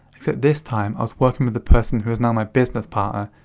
except this time, i was working with person who's now my business partner,